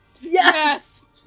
Yes